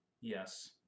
Yes